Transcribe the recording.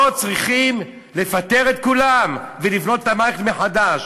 פה צריכים לפטר את כולם ולבנות את המערכת מחדש.